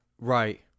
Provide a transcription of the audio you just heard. Right